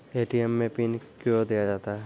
ATM मे pin कयो दिया जाता हैं?